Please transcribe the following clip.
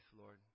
Lord